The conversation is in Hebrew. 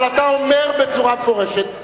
אבל אתה אומר בצורה מפורשת,